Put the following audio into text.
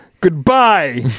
Goodbye